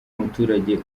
muturage